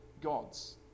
gods